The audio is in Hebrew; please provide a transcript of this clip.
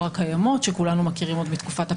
הקיימות שכולנו מכירים עוד מתקופת הפקודה.